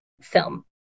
film